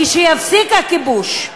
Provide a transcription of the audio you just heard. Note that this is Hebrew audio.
כשיפסיק הכיבוש,